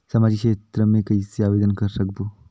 समाजिक क्षेत्र मे कइसे आवेदन कर सकबो?